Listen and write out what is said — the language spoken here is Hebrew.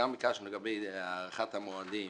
ביקשנו לגבי הארכת המועדים